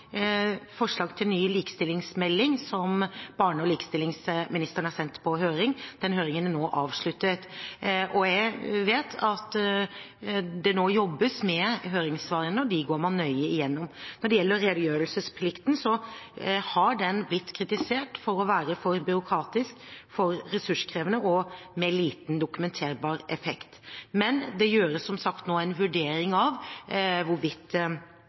til ny likestillingsmelding, som barne- og likestillingsministeren har sendt på høring. Den høringen er nå avsluttet. Jeg vet at det nå jobbes med høringssvarene, og dem går man nøye igjennom. Når det gjelder redegjørelsesplikten, har den blitt kritisert for å være for byråkratisk, for ressurskrevende og med liten dokumenterbar effekt. Men det gjøres, som sagt, nå en vurdering av